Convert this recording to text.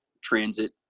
transit